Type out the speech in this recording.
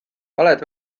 oled